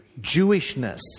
Jewishness